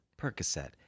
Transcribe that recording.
Percocet